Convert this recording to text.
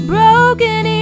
Broken